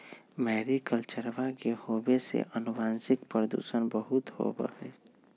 मैरीकल्चरवा के होवे से आनुवंशिक प्रदूषण बहुत होबा हई